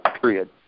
period